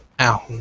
ow